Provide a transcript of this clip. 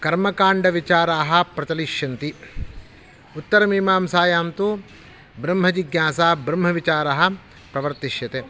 कर्मकाण्डविचाराः प्रचलिष्यन्ति उत्तरमीमांसायां तु ब्रह्मजिज्ञासा ब्रह्मविचारः प्रवर्तिष्यते